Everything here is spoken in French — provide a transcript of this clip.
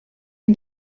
une